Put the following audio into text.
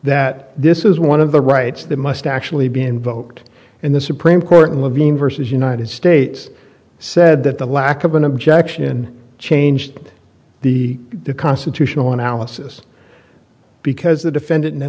that this is one of the rights that must actually be invoked in the supreme court and levine versus united states said that the lack of an objection changed the constitutional analysis because the defendant